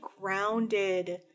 grounded